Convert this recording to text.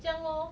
这样 lor